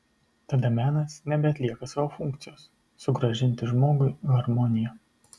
tada menas nebeatlieka savo funkcijos sugrąžinti žmogui harmoniją